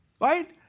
right